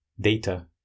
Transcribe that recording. data